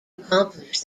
accomplish